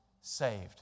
saved